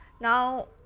Now